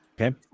Okay